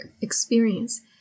experience